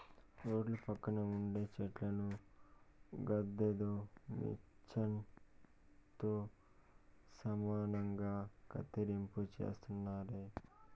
రోడ్ల పక్కన ఉండే చెట్లను గదేదో మిచన్ తో సమానంగా కత్తిరింపు చేస్తున్నారే